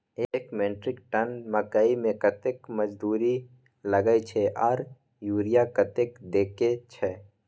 एक metric tonne मकई में कतेक मजदूरी लगे छै आर यूरिया कतेक देके छै?